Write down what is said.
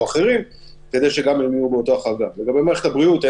לגבי מוסדות של מערכת הבריאות,